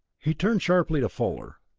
he turned sharply to fuller.